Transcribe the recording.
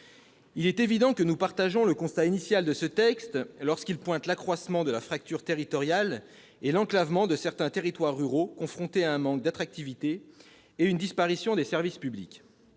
Il est évident que nous partageons le constat initial de ce texte, lorsqu'il pointe l'accroissement de la fracture territoriale et l'enclavement de certains territoires ruraux confrontés à un manque d'attractivité et à une disparition des services publics.